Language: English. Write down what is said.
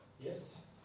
Yes